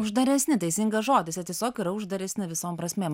uždaresni teisingas žodis jie tiesiog yra uždaresni visom prasmėm